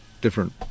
different